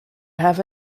have